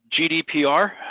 GDPR